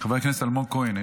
חבר הכנסת אלמוג כהן,